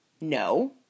No